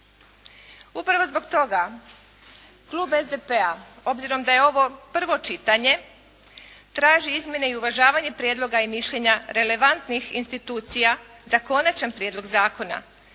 Upravo zbog toga klub SDP-a obzirom da je ovo prvo čitanje, traži izmjene i uvažavanje prijedloga i mišljenja relevantnih institucija za konačan prijedlog zakona.